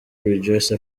rejoice